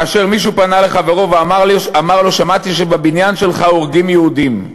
כאשר מישהו פנה לחברו ואמר לו: שמעתי שבבניין שלך הורגים יהודים.